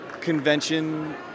convention